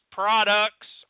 products